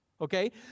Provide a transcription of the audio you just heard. okay